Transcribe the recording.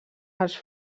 els